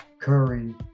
Curry